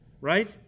right